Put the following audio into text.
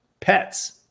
pets